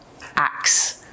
acts